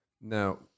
Now